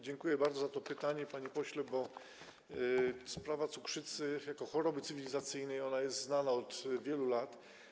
Dziękuję bardzo za to pytanie, panie pośle, bo sprawa cukrzycy jako choroby cywilizacyjnej jest znana od wielu lat.